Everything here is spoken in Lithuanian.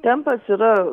tempas yra